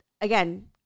again